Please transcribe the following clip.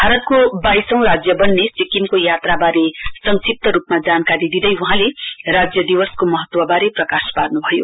भारतको वाईसौं राज्य बन्ने सिक्किमको यात्रावारे संक्षिप्त रुपमा जानकारी दिँदै वहाँले राज्य दिवसको महत्ववारे प्रकाश पार्नुभयो